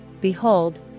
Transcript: behold